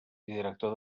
director